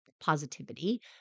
Positivity